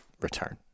return